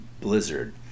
blizzard